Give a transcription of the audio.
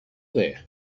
there